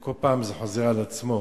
וכל פעם זה חוזר על עצמו.